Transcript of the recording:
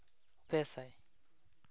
ᱯᱮᱥᱟᱭ